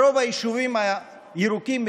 ברוב היישובים הירוקים,